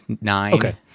nine